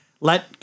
let